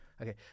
Okay